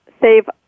save